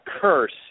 curse